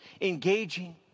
engaging